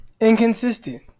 inconsistent